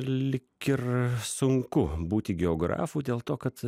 lyg ir sunku būti geografu dėl to kad